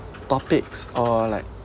topics or like